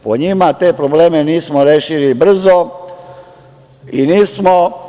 Po njima te probleme nismo rešili brzo i nismo.